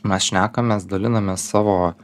mes šnekamės dalinamės savo